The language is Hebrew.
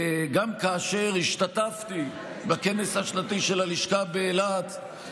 גם כאשר השתתפתי בכנס השנתי של הלשכה באילת,